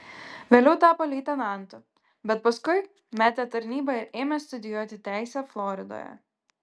vėliau tapo leitenantu bet paskui metė tarnybą ir ėmė studijuoti teisę floridoje